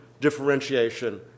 differentiation